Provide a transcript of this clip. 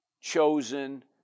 chosen